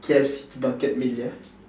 K_F_C bucket meal yeah